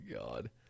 God